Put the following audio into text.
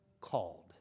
called